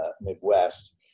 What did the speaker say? Midwest